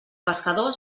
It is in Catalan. pescador